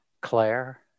Claire